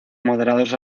moderados